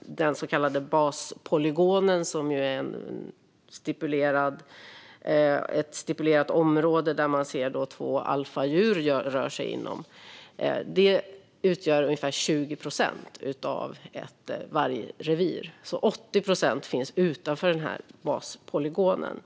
den så kallade baspolygonen, som ju är ett stipulerat område inom vilket man ser att två alfadjur rör sig, utgör ungefär 20 procent av ett vargrevir. 80 procent finns alltså utanför den här baspolygonen.